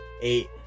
eight